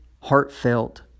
heartfelt